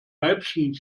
weibchen